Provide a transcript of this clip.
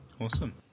Awesome